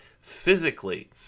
physically